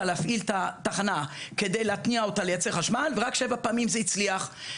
להפעיל את התחנה כדי להתניע אותה לייצר חשמל ורק שבע פעמים זה הצליח.